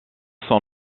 son